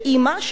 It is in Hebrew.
שאמא,